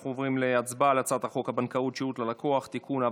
אנחנו עוברים להצבעה על הצעת חוק הבנקאות (שירות ללקוח) (תיקון,